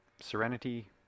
Serenity